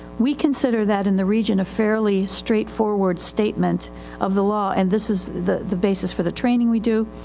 we consider that in the region a fairly straight forward statement of the law. and this is the the basis for the training we do.